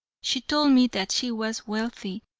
she told me that she was wealthy,